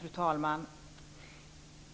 Fru talman!